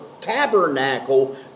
tabernacle